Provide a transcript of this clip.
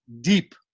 deep